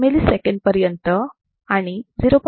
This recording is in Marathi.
1 milliseconds पर्यंत आणि 0